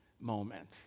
moment